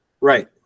Right